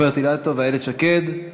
אנחנו עוברים להצעת החוק הבאה,